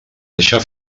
deixar